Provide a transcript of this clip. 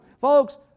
Folks